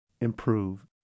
improve